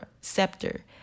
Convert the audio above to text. scepter